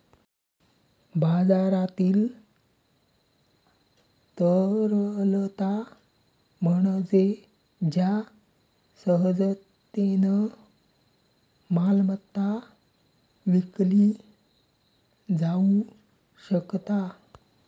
बाजारातील तरलता म्हणजे ज्या सहजतेन मालमत्ता विकली जाउ शकता